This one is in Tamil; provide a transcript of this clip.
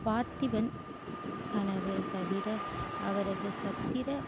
பார்த்திபன் கனவு தவிர அவரது சத்திர